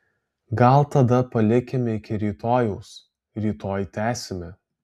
gal tada palikime iki rytojaus rytoj tęsime